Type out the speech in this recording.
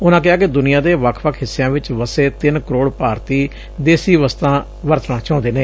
ਉਨਾਂ ਕਿਹਾ ਕਿ ਦੁਨੀਆਂ ਦੇ ਵੱਖ ਵੱਖ ਹਿੱਸਿਆਂ ਚ ਵਸੇੱ ਤਿੰਨ ਕਰੋੜ ਭਾਰਤੀ ਦੇਸ਼ੀ ਵਸਤਾਂ ਵਰਤਣਾ ਚਾਹੁੰਦੇ ਨੇ